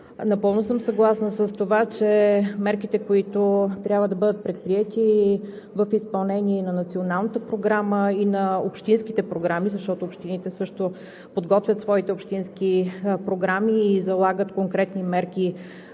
Напълно съм съгласна с това, че мерките, които трябва да бъдат предприети в изпълнение и на Националната програма, и на общинските програми, защото общините също подготвят своите общински програми и залагат конкретни мерки,